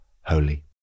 holy